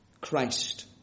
Christ